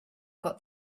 got